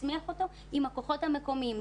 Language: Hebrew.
להצמיח אותו עם הכוחות המקומיים.